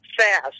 fast